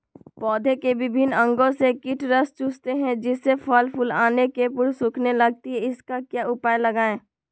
पौधे के विभिन्न अंगों से कीट रस चूसते हैं जिससे फसल फूल आने के पूर्व सूखने लगती है इसका क्या उपाय लगाएं?